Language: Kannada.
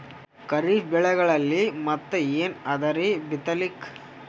ಖರೀಫ್ ಬೆಳೆಗಳಲ್ಲಿ ಮತ್ ಏನ್ ಅದರೀ ಬಿತ್ತಲಿಕ್?